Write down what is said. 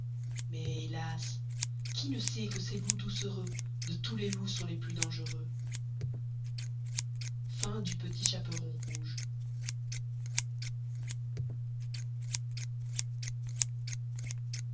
mais hélas qui ne sçait que ces loups doucereux de tous les loups sont les plus dangereux